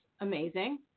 amazing